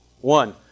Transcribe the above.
One